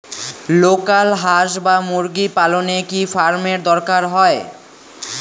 Local হাস বা মুরগি পালনে কি ফার্ম এর দরকার হয়?